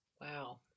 Wow